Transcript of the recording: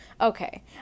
Okay